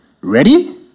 ready